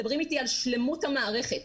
מדברים על שלמות המערכת.